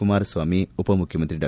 ಕುಮಾರಸ್ವಾಮಿ ಉಪಮುಖ್ಯಮಂತ್ರಿ ಡಾ